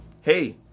hey